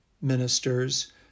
ministers